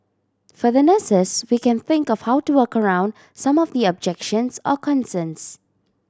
for the nurses we can think of how to work around some of the objections or concerns